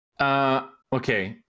Okay